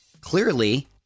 clearly